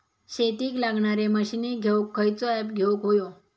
शेतीक लागणारे मशीनी घेवक खयचो ऍप घेवक होयो?